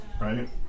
right